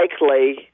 likely